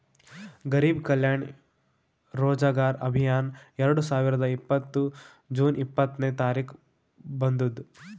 ಗರಿಬ್ ಕಲ್ಯಾಣ ರೋಜಗಾರ್ ಅಭಿಯಾನ್ ಎರಡು ಸಾವಿರದ ಇಪ್ಪತ್ತ್ ಜೂನ್ ಇಪ್ಪತ್ನೆ ತಾರಿಕ್ಗ ಬಂದುದ್